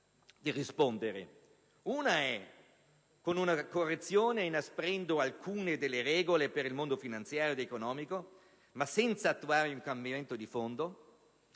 attuare una correzione, inasprendo alcune delle regole per il mondo finanziario ed economico, ma senza attuare un cambiamento di fondo,